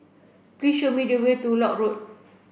please show me the way to Lock Road